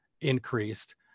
increased